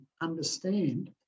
understand